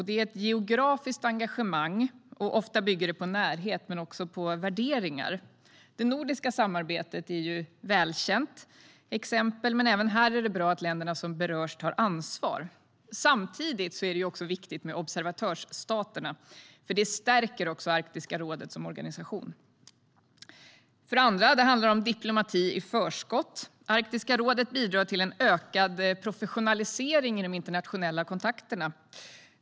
Det är ett geografiskt engagemang. Ofta bygger det på närhet men också på värderingar. Det nordiska samarbetet är ett välkänt exempel, men även här är det bra att länderna som berörs tar ansvar. Samtidigt är det viktigt med observatörsstaterna, för de stärker också Arktiska rådet som organisation. Det handlar om diplomati i förskott. Arktiska rådet bidrar till en ökad professionalisering i de internationella kontakterna.